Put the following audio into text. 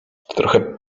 trochę